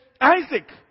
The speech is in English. Isaac